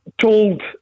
told